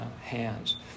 hands